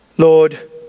Lord